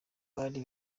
bari